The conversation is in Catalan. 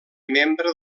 membre